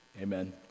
Amen